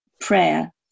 prayer